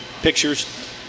pictures